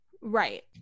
right